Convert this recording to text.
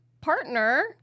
partner